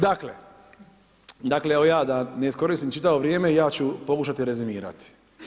Dakle, evo ja da ne iskoristim čitavo vrijeme, ja ću pokušati rezimirati.